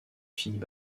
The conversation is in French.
filles